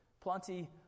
plenty